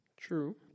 True